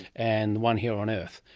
and one here on earth,